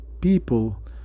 people